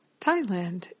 Thailand